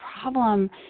problem